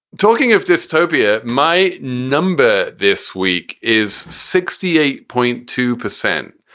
talking of dystopia, my number this week is sixty eight point two percent,